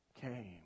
came